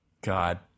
God